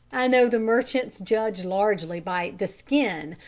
i know the merchants judge largely by the skin,